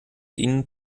ihnen